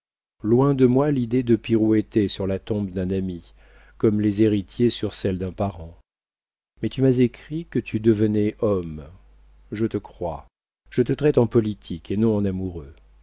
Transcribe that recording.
loin de moi l'idée de pirouetter sur la tombe d'un ami comme les héritiers sur celle d'un parent mais tu m'as écrit que tu devenais homme je te crois je te traite en politique et non en amoureux